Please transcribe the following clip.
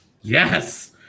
yes